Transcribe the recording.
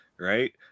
right